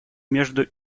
между